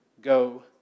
Go